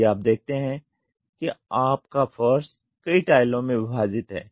यदि आप देखते हैं कि आपका फर्श कई टाइलों में विभाजित है